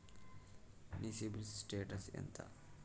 మీ CIBIL status ఎంత?